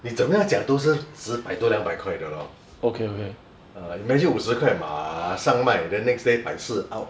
你怎么样讲都是值百多两百块的 lor imagine 五十块马上卖 then next day 百四 out